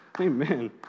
amen